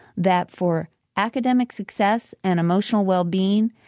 that for academic success and emotional well-being,